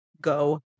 go